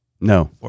No